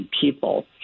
people